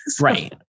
Right